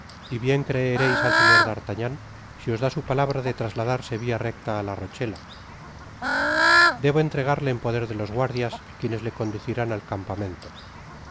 y bien creereis al señor d'artagnan si os da su palabra de trasladarse via recta á la rochela debo entregarle en poder de los guardias quienes le conducirán al campamento